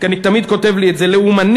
אני תמיד כותב לי את זה, לאומני,